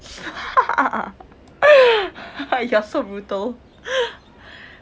you're so brutal